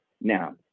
Now